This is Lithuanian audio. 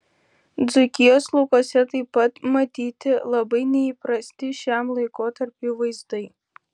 dzūkijos laukuose taip pat matyti labai neįprasti šiam laikotarpiui vaizdai